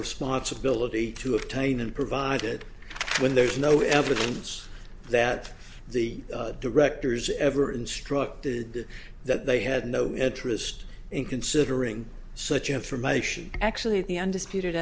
responsibility to obtain and provide it when there is no evidence that the directors ever instructed that they had no interest in considering such information actually the undisputed